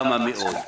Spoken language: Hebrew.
כמה מאות.